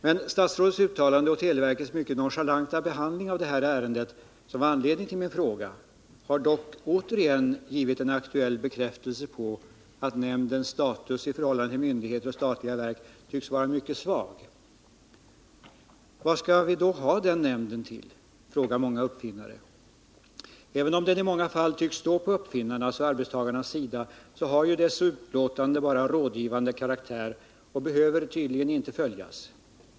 Men statsrådets uttalande och televerkets mycket nonchalanta behandling av det ärende som gav anledning till min fråga har åter givit aktuell bekräftelse på att nämndens status i förhållande till myndigheter och statliga verk är mycket svag. Vad skall vi då ha nämnden till, frågar många uppfinnare. Även om den i många fall tycks stå på uppfinnarnas och arbetstagarnas sida har dess utlåtanden bara rådgivande karaktär och behöver tydligen inte följas.